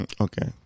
Okay